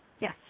Yes